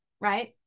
Right